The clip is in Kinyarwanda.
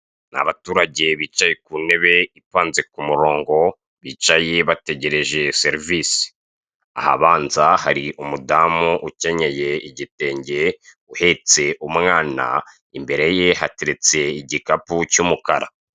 Ni abaturage bicaye ku ntebe ipanze ku murongo bicaye bategereje serivisi, ahabanza hari umudamu ukenyeye igitenge uhetse umwana, imbere ye hateretse igikapu cy'umukara.